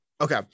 Okay